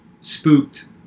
spooked